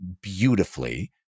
beautifully